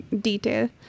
detail